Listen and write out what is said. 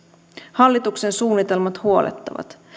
hallituksen suunnitelmat huolettavat